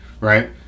right